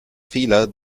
fehler